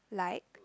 like